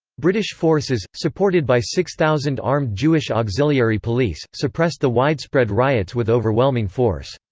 british forces, supported by six thousand armed jewish auxiliary police, suppressed the widespread riots with overwhelming force.